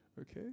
Okay